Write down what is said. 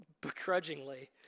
begrudgingly